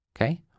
okay